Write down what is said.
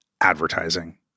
advertising